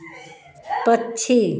पक्षी